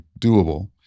doable